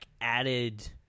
added